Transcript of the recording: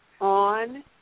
on